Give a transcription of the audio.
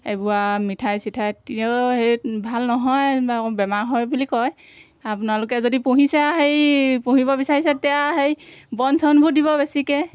এইবোৰ আৰু মিঠাই চিঠাই তেও সেই ভাল নহয় বেমাৰ হয় বুলি কয় আপোনালোকে যদি পুহিছে আৰু হেৰি পুহিব বিচাৰিছে তেতিয়া হেৰি বন চনবোৰ দিব বেছিকৈ